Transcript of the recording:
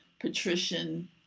patrician